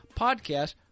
podcast